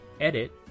edit